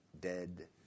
dead